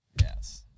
Yes